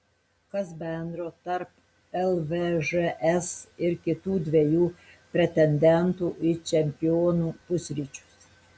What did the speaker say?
kas bendro tarp lvžs ir kitų dviejų pretendentų į čempionų pusryčius